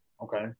Okay